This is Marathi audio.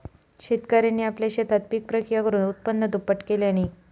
शेतकऱ्यांनी आपल्या शेतात पिक प्रक्रिया करुन उत्पन्न दुप्पट केल्यांनी